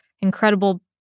incredible